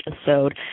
episode